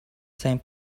same